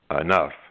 enough